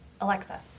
Alexa